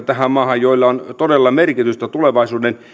tähän maahan sellaisia hankkeita joilla on todella merkitystä tulevaisuuden